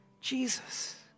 Jesus